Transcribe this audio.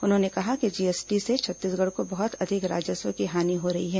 उन्होंने कहा कि जीएसटी से छत्तीसगढ़ को बहुत अधिक नकसान के राजस्व की हानि हो रही है